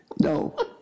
No